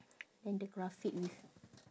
and the graphic with